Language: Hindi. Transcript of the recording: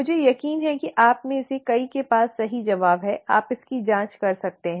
मुझे यकीन है कि आप में से कई के पास सही जवाब है आप इसकी जांच कर सकते हैं